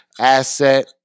asset